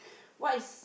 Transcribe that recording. what is